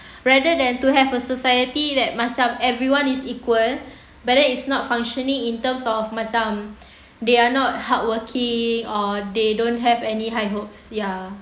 rather than to have a society that macam everyone is equal but then it's not functioning in terms of macam they are not hardworking or they don't have any high hopes ya